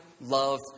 love